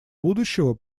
будущего